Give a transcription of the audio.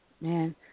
Man